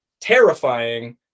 terrifying